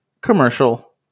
commercial